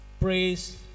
praise